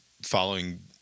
Following